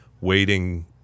waiting